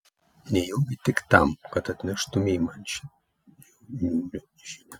nejaugi tik tam kad atneštumei man šią niaurią žinią